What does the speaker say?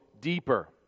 deeper